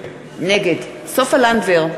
נגד סופה לנדבר,